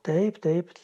taip taip